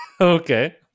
Okay